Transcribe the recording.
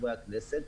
חברי הכנסת,